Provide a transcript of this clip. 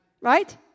Right